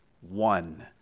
one